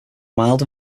mild